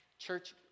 Church